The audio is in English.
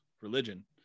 religion